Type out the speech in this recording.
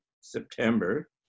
September